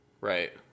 Right